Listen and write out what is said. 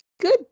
good